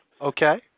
Okay